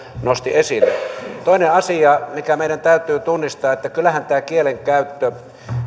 nosti esille toinen asia mikä meidän täytyy tunnistaa on se että kyllähän tämä kielenkäyttö